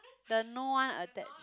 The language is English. the no one attach